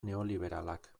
neoliberalak